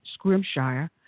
Scrimshire